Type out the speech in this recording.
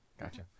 Gotcha